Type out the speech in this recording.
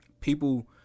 People